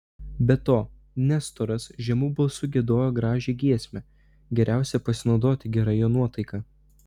be to nestoras žemu balsu giedojo gražią giesmę geriausia pasinaudoti gera jo nuotaika